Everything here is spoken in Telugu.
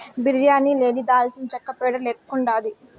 బిర్యానీ లేని దాల్చినచెక్క పేడ లెక్కుండాది